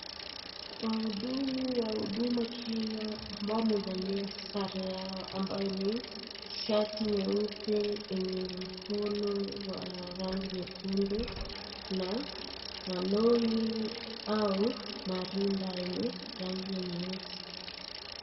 Wahudumu wa huduma Kenya ambao wamevalia sare yao ambayo ni shati nyeupe yenye mkono wa rangi nyekundu na malongi au marinda yenye rangi ya nyeusi.